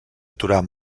aturar